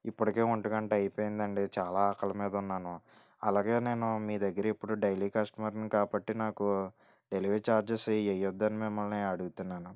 ఇప్పటికే ఒంటిగంట అయిపోయింది అండి చాలా ఆకలి మీద ఉన్నాను అలాగే నేను మీ దగ్గర ఇప్పుడు డైలీ కస్టమర్ను కాబట్టి నాకు డెలివరీ ఛార్జెస్ ఏవి వేయద్ధని మిమల్ని అడుగుతున్నాను